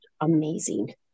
amazing